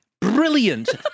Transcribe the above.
Brilliant